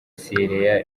sierra